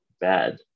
bad